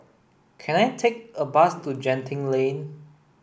can I take a bus to Genting Lane